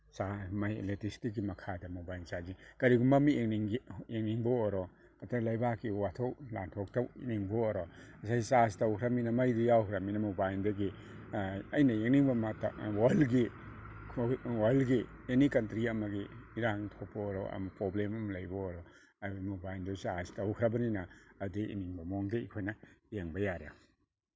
ꯑꯦꯂꯦꯛꯇ꯭ꯔꯤꯁꯤꯇꯤꯒꯤ ꯃꯈꯥꯗ mobile charging ꯀꯔꯤꯒꯨꯝꯕ ꯑꯃ ꯌꯦꯡꯅꯤꯡꯕ ꯑꯣꯏꯔꯣ ꯅꯠꯇ꯭ꯔ ꯂꯩꯕꯥꯛꯀꯤ ꯋꯥꯊꯣꯛ ꯂꯥꯟꯊꯣꯛꯇ ꯎꯠꯅꯤꯡꯕ ꯑꯣꯏꯔꯣ ꯉꯁꯥꯏ ꯆꯥꯔꯖ ꯇꯧꯈ꯭ꯔꯃꯤꯅ ꯃꯩꯗꯨ ꯌꯥꯎꯈ꯭ꯔꯝꯃꯤꯅ ꯃꯣꯕꯥꯏꯜꯗꯒꯤ ꯑꯩꯅ ꯌꯦꯡꯅꯤꯡꯕ ꯋꯥꯔꯜꯒꯤ ꯋꯥꯔꯜꯒꯤ ꯑꯦꯅꯤ ꯀꯟꯇ꯭ꯔꯤ ꯑꯃꯒꯤ ꯏꯔꯥꯡ ꯊꯣꯛꯄ ꯑꯣꯏꯔꯣ ꯄ꯭ꯔꯣꯕ꯭ꯂꯦꯝ ꯑꯃ ꯂꯩꯕ ꯑꯣꯏꯔꯣ ꯑꯗꯨ ꯃꯣꯕꯥꯏꯜꯗꯨ ꯆꯥꯔꯖ ꯇꯧꯈ꯭ꯔꯕꯅꯤꯅ ꯑꯗꯩ ꯌꯦꯡꯅꯤꯡꯕ ꯃꯑꯣꯡꯗꯩ ꯑꯩꯈꯣꯏꯅ ꯌꯦꯡꯕ ꯌꯥꯔꯦ